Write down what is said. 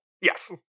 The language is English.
Yes